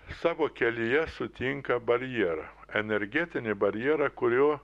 savo kelyje sutinka barjerą energetinį barjerą kurio